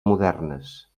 modernes